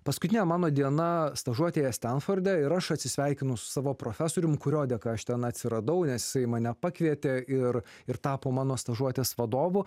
paskutinė mano diena stažuotėje stanforde ir aš atsisveikinu su savo profesorium kurio dėka aš tenai atsiradau nes jisai mane pakvietė ir ir tapo mano stažuotės vadovu